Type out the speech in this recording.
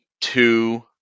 two